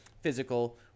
physical